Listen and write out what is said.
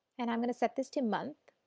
and i am going to set this to month.